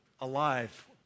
alive